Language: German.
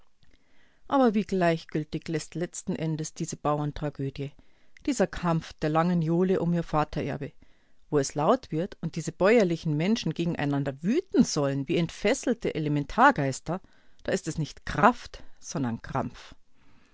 aber wie gleichgültig läßt letzten endes diese bauerntragödie dieser kampf der langen jule um ihr vatererbe wo es laut wird und diese bäuerlichen menschen gegeneinander wüten sollen wie entfesselte elementargeister da ist es nicht kraft sondern krampf